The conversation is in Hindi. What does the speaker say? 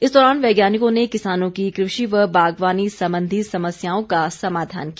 इस दौरान वैज्ञानिकों ने किसानों की कृषि व बागवानी संबंधी समस्याओं का समाधान किया